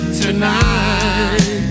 tonight